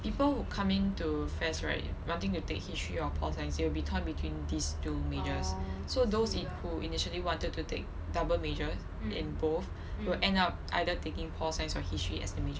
people coming to F A S S right wanting to take history or pol science will be torn between these two majors so those who initially wanted to take double major in both will end up either taking pol science or history as a major